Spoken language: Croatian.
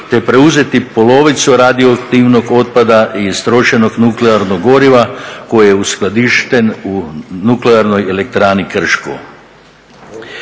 te preuzeti polovicu radioaktivnog otpada i istrošenog nuklearnog goriva koji je uskladišten u Nuklearnoj elektrani Krško.